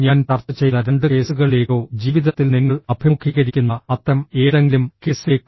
ഞാൻ ചർച്ച ചെയ്ത രണ്ട് കേസുകളിലേക്കോ ജീവിതത്തിൽ നിങ്ങൾ അഭിമുഖീകരിക്കുന്ന അത്തരം ഏതെങ്കിലും കേസിലേക്കോ